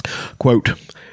Quote